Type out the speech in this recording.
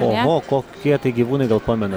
oho kokie tai gyvūnai gal pamena